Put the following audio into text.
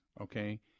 okay